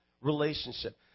relationship